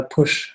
Push